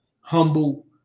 Humble